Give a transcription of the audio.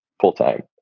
full-time